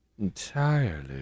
entirely